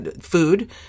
food